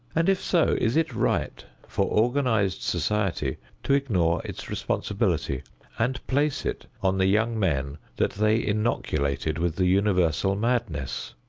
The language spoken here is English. and, if so, is it right for organized society to ignore its responsibility and place it on the young men that they innoculated with the universal madness?